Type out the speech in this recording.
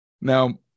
Now